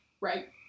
Right